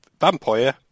vampire